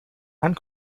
and